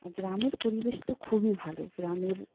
গ্রামের পরিবেশ তো খুবই ভালো গ্রামের